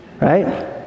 right